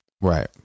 right